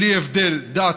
בלי הבדל דת,